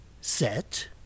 Set